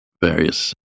various